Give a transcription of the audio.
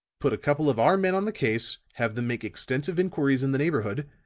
put a couple of our men on the case, have them make extensive inquiries in the neighborhood.